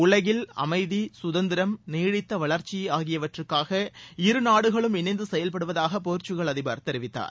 உலகில் அமைதி சுதந்திரம் நீடித்த வளர்ச்சி ஆகியவற்றுக்காக இரு நாடுகளும் இணைந்து செயல்படுவதாக போர்ச்சுக்கல் அதிபர் தெரிவித்தார்